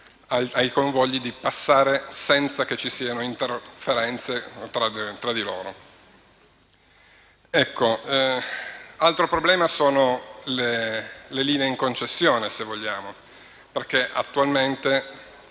ai convogli di passare senza che vi siano interferenze tra di loro. Altro problema sono le linee in concessione, perché attualmente